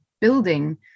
building